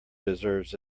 deserves